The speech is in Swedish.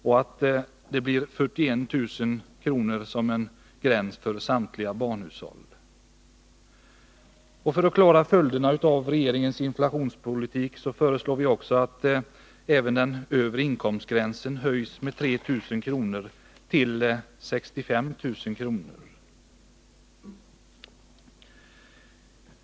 och att 41 000 kr. blir gräns för samtliga barnhushåll. För att klara följderna av regeringens inflationspolitik föreslår vi att även den övre gränsen skall höjas med 3 000 kr. till 65 000 kr.